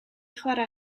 chwara